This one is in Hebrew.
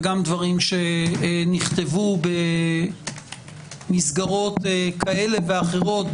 וגם דברים שנכתבו במסגרות כאלה ואחרות,